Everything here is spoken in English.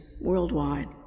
worldwide